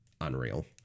unreal